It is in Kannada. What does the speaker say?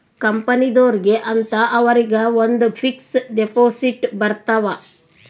ಕಂಪನಿದೊರ್ಗೆ ಅಂತ ಅವರಿಗ ಒಂದ್ ಫಿಕ್ಸ್ ದೆಪೊಸಿಟ್ ಬರತವ